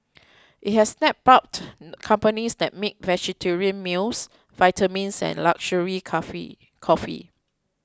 it has snapped up companies that make vegetarian meals vitamins and luxury cafe coffee